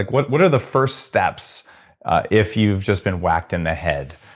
like what what are the first steps if you've just been whacked in the head?